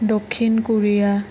Dakshin Korea